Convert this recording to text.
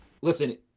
Listen